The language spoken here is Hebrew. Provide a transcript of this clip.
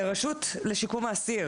לרשות לשיקום האסיר